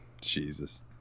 Jesus